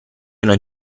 non